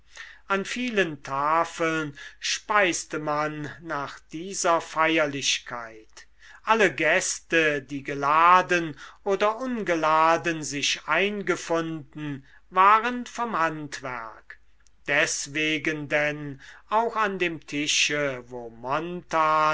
an vielen tafeln speiste man nach dieser feierlichkeit alle gäste die geladen oder ungeladen sich eingefunden waren vom handwerk deswegen denn auch an dem tische wo